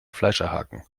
fleischerhaken